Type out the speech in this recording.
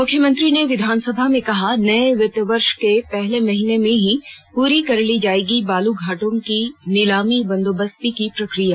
मुख्यमंत्री ने विधानसभा में कहा नए वित्तीय वर्ष के पहले महीने में ही पूरी कर ली जाएगी बालू घाटों की नीलामी बंदोबस्ती की प्रक्रिया